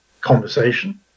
conversation